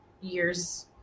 years